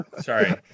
sorry